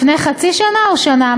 לפני חצי שנה או שנה?